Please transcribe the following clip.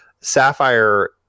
Sapphire